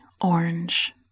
orange